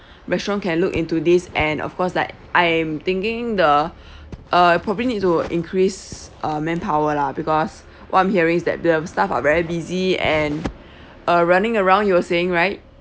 restaurant can look into this and of course like I am thinking the uh probably need to increase uh manpower lah because what I'm hearing is that the staff are very busy and uh running around you were saying right